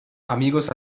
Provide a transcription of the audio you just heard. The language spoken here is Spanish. amigos